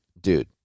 dude